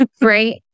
right